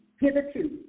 Hitherto